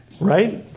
Right